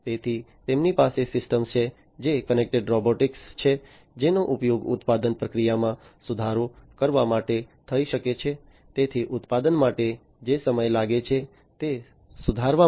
તેથી તેમની પાસે સિસ્ટમો છે જે કનેક્ટેડ રોબોટ્સછે જેનો ઉપયોગ ઉત્પાદન પ્રક્રિયામાં સુધારો કરવા માટે થઈ શકે છે તેથી ઉત્પાદન માટે જે સમય લાગે છે તે સુધારવા માટે